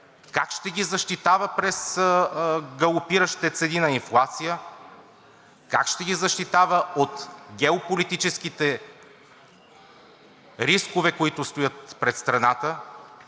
как ще ги защитава през галопиращите цени на инфлацията, как ще ги защитава от геополитическите рискове, които стоят пред страната,